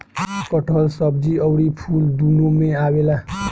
कटहल सब्जी अउरी फल दूनो में आवेला